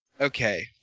Okay